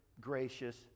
gracious